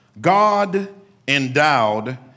God-endowed